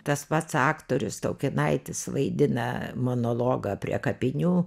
tas pats aktorius taukinaitis vaidina monologą prie kapinių